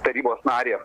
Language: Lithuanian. tarybos narį